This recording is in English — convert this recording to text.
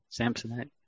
Samsonite